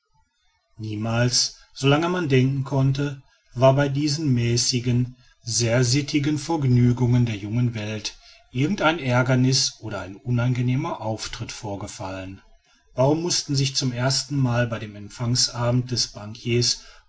niemals so lange man denken konnte war bei diesen mäßigen fein sittigen vergnügungen der jungen welt irgend ein aergerniß oder ein unangenehmer auftritt vorgefallen warum mußte sich zum ersten mal bei dem empfangsabend des